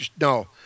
no